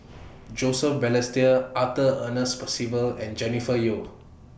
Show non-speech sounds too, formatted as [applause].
[noise] Joseph Balestier Arthur Ernest Percival and Jennifer Yeo